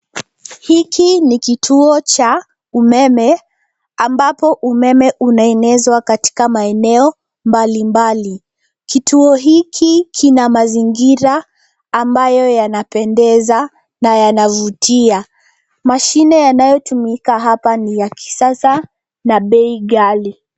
Hiki ni kituo cha umeme, ambapo umeme unaenezwa katika maeneo mbalimbali. Kituo hiki kina mazingira ambayo yanapendeza na yanavutia. Mashine yanayotumika hapa ni ya kisasa na bei ghali.